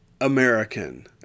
American